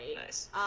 Nice